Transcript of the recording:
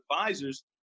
advisors